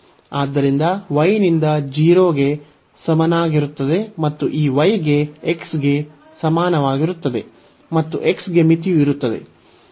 ಆದ್ದರಿಂದ y ನಿಂದ 0 ಗೆ ಸಮನಾಗಿರುತ್ತದೆ ಮತ್ತು ಈ y ಗೆ x ಗೆ ಸಮಾನವಾಗಿರುತ್ತದೆ ಮತ್ತು x ಗೆ ಮಿತಿಯು ಇರುತ್ತದೆ